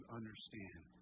understand